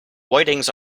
whitings